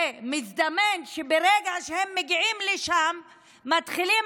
ומסתמן שברגע שהם מגיעים לשם מתחילים